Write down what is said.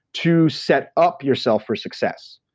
to set up yourself for success.